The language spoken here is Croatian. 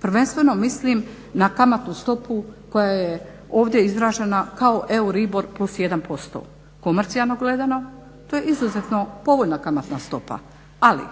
Prvenstveno mislim na kamatnu stopu koja je ovdje izražena kao EURIBOR +1%. Komercijalno gledano to je izuzetno povoljna kamatna stopa, ali